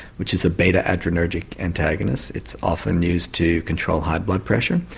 which is a beta adrenergic antagonist. it's often used to control high blood pressure.